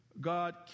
God